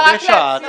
פתרון.